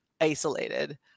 isolated